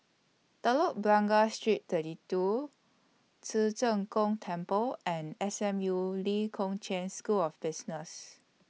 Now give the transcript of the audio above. Telok Blangah Street thirty two Ci Zheng Gong Temple and S M U Lee Kong Chian School of Business